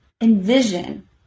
envision